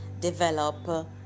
develop